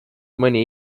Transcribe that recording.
mõni